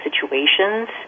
situations